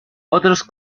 otros